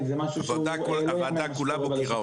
זה מספר מטורף.